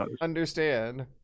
understand